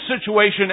situation